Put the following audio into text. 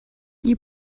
you